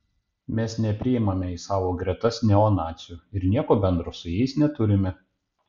mes nepriimame į savo gretas neonacių ir nieko bendro su jais neturime